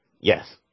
Yes